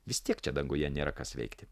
vis tiek čia danguje nėra kas veikti